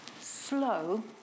slow